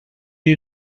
you